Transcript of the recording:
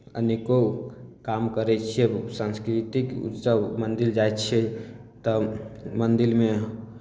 अनेको काम करै छियै सांस्कृतिक उत्सव मन्दिर जाइ छियै तऽ मन्दिरमे